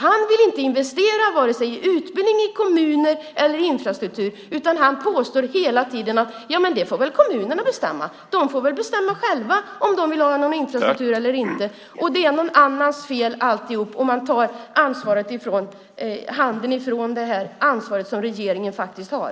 Han vill inte investera i vare sig utbildning, kommuner eller infrastruktur, utan han påstår hela tiden att kommunerna får bestämma det - de får väl bestämma själva om de vill ha någon infrastruktur eller inte. Det är någon annans fel alltihop, och man tar handen från det ansvar som regeringen har.